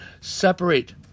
separate